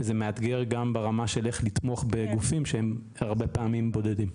וזה מאתגר גם ברמה של איך לתמוך בגופים שהם הרבה פעמים בודדים.